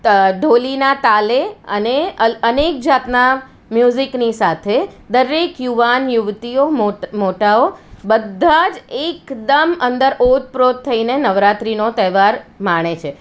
ઢોલીના તાલે અને અનેક જાતનાં મ્યુઝિકની સાથે દરેક યુવાન યુવતીઓ મોટાઓ બધા જ એકદમ અંદર ઓતપ્રોત થઈને નવરાત્રિનો તહેવાર માણે છે